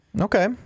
Okay